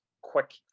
quick